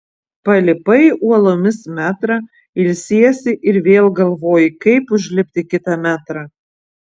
palipai uolomis metrą ilsiesi ir vėl galvoji kaip užlipti kitą metrą